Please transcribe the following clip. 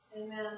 Amen